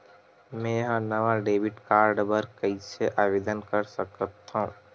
मेंहा नवा debit card बर कैसे आवेदन कर सकथव?